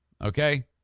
Okay